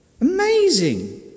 Amazing